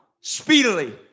Speedily